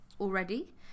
already